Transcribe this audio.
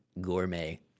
gourmet